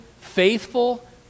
faithful